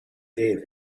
gave